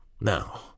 Now